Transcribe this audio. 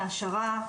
העשרה,